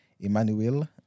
Emmanuel